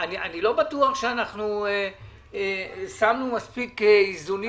אני לא בטוח שאנחנו שמנו מספיק איזונים